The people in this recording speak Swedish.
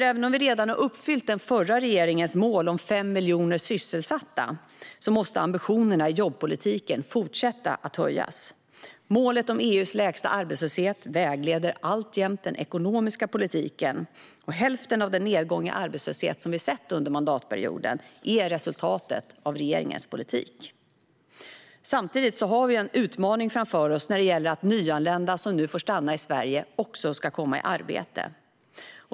Även om vi redan har uppfyllt den förra regeringens mål om 5 miljoner sysselsatta måste ambitionerna i jobbpolitiken fortsätta att höjas. Målet om EU:s lägsta arbetslöshet vägleder alltjämt den ekonomiska politiken. Hälften av den nedgång i arbetslöshet som vi har sett under mandatperioden är resultatet av regeringens politik. Samtidigt har vi en utmaning framför oss när det gäller att nyanlända som nu får stanna i Sverige också ska komma i arbete.